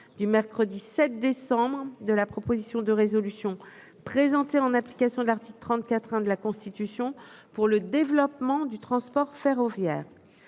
du mercredi 7 décembre de la proposition de résolution, présenté en application de l'article 34 1 de la Constitution pour le développement du transport ferroviaire